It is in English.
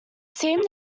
seemed